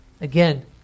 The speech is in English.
Again